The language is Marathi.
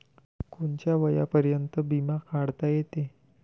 कोनच्या वयापर्यंत बिमा काढता येते?